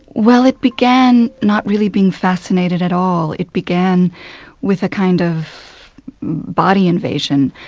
well, it began not really being fascinated at all. it began with a kind of body invasion.